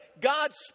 God's